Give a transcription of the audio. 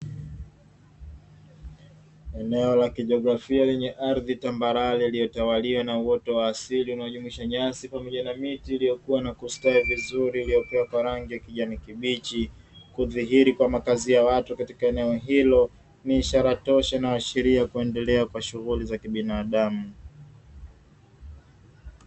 Eneo la kijiografia lenye ardhi tambarare iliyotawaliwa na uoto wa asili unajumuisha nyasi pamoja na miti iliyokuwa na kustawi vizuri iliyopewa kwa rangi ya kijani kibichi. Kudhihiri kwa makazi ya watu katika eneo hilo ni ishara tosha inayoashiria kuendelea kwa shughuli za kibinadamu.